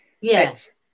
Yes